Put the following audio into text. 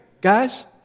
Guys